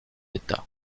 état